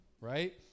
right